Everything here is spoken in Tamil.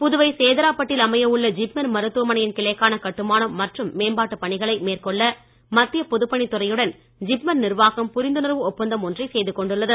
புதுவை சேதராப்பட்டில் அமைய உள்ள ஜிப்மர் மருத்துவமனையின் கிளைக்கான கட்டுமானம் மற்றும் மேம்பாட்டு பணிகளை மேற்கொள்ள மத்திய பொதுப் பணித்துறையுடன் ஜிப்மர் நிர்வாகம் புரிந்துணர்வு ஒப்பந்தம் ஒன்றை செய்து கொண்டுள்ளது